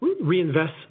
reinvest